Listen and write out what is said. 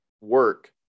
work